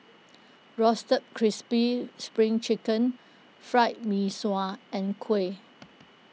Roasted Crispy Spring Chicken Fried Mee Sua and Kuih